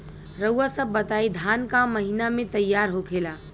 रउआ सभ बताई धान क महीना में तैयार होखेला?